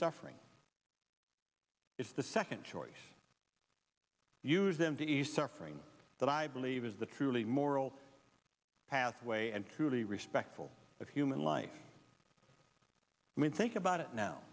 suffering it's the second choice use them to ease suffering that i believe is the truly moral pathway and cruelty respectful of human life i mean think about it now